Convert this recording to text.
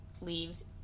leaves